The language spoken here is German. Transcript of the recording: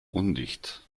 undicht